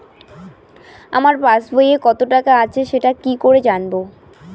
আমার পাসবইয়ে কত টাকা আছে সেটা কি করে জানবো?